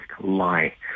lie